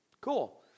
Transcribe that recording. Cool